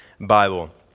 Bible